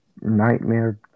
nightmare